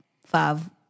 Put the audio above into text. five